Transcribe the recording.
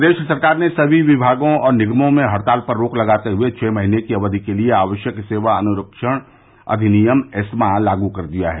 प्रदेश सरकार ने सभी विभागों और निगमों में हड़ताल पर रोक लगाते हुए छह महीने की अवधि के लिए आवश्यक सेवा अनुरक्षण अधिनियम ऐस्मा लागू कर दिया है